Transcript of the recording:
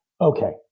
okay